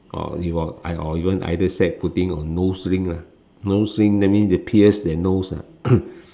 or I or you want either set putting on nose ring lah nose ring that means they pierce their nose ah